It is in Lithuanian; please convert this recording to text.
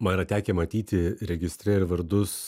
man yra tekę matyti registre ir vardus